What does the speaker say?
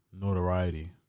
notoriety